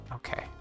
Okay